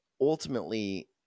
ultimately